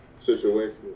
Situation